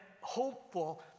Hopeful